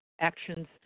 actions